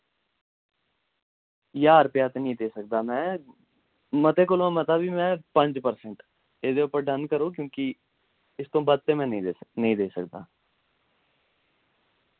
ज्हार रपेया ते नेईं देई सकदा में मते कोला मता वि में पंज परसेंट इदे उप्पर डन करो क्यूंकि इसतो बध्द ते में नेईं देई नेईं देई सकदा